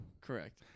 Correct